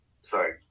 sorry